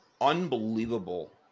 unbelievable